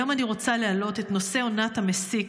היום אני רוצה להעלות את נושא עונת המסיק,